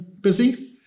busy